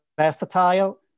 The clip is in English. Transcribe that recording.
versatile